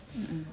mmhmm